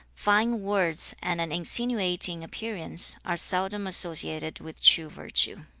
fine words and an insinuating appearance are seldom associated with true virtue